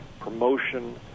promotion